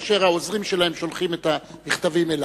כאשר העוזרים שלהם שולחים את המכתבים אלי,